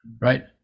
right